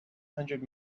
hundred